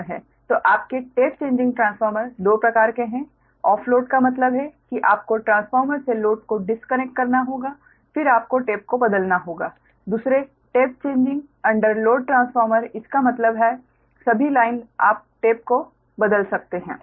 तो आपके tap changing transformer दो प्रकार के है ऑफ लोड का मतलब है कि आपको ट्रांसफार्मर से लोड को डिस्कनेक्ट करना होगा फिर आपको टेप को बदलना होगा दूसरे tap changing under load transformer इसका मतलब है सभी लाइन आप टेप को बदल सकते हैं